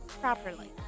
properly